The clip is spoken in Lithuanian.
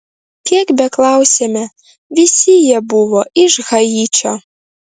kiek beklausėme visi jie buvo iš haičio